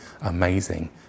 amazing